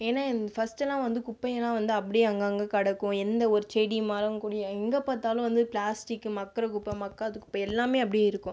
ஏன்னா இந் ஃபஸ்ட்டெல்லாம் வந்து குப்பைங்கள்லாம் வந்து அப்படியே அங்கங்கே கிடக்கும் எந்த ஒரு செடி மரம் கொடி எங்கே பார்த்தாலும் வந்து ப்ளாஸ்டிக் மட்குற குப்பை மட்காத குப்பை எல்லாம் அப்படியே இருக்கும்